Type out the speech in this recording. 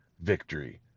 victory